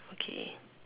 okay